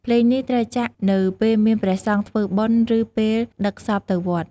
ភ្លេងនេះត្រូវចាក់នៅពេលមានព្រះសង្ឃធ្វើបុណ្យ ឬពេលដឹកសពទៅវត្ត។